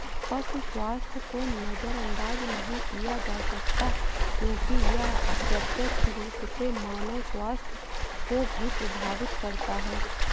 पशु स्वास्थ्य को नजरअंदाज नहीं किया जा सकता क्योंकि यह अप्रत्यक्ष रूप से मानव स्वास्थ्य को भी प्रभावित करता है